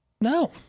No